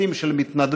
צוותים של מתנדבים,